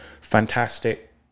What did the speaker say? Fantastic